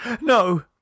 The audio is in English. No